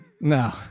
No